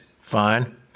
fine